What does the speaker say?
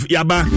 Yaba